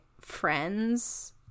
friends